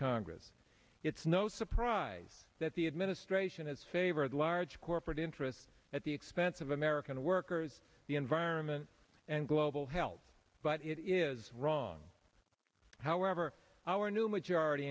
congress it's no surprise that the administration has favored large corporate interests at the expense of american workers the environment and global health but it is wrong however our new majority